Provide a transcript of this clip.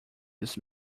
this